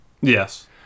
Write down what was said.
yes